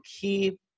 key